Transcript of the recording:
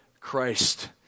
Christ